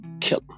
kill